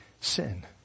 sin